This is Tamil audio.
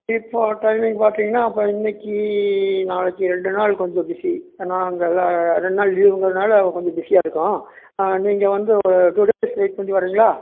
இப்போ டைமிங் பார்த்தீங்கன்னா அப்பா இன்னைக்கு நாளைக்கு ரெண்டு நாள் கொஞ்சம் பிஸி ஏன்னா அங்கே ரெண்டு நாள் லீவுங்குறதுனால் கொஞ்சம் பிஸியாக இருக்கும் நீங்கள் வந்து ஒரு டூ டேஸ் வெயிட் பண்ணி வறீங்களா